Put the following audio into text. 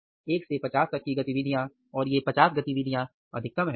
1 से 50 तक की गतिविधियां और ये 50 गतिविधियां अधिकतम है